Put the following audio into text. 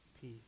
peace